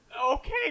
Okay